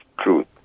truth